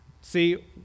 See